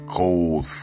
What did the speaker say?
cold